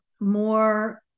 more